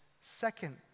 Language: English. second